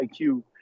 IQ